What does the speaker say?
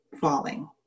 falling